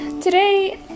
Today